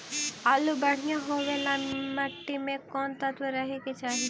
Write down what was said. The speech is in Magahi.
आलु बढ़िया होबे ल मट्टी में कोन तत्त्व रहे के चाही?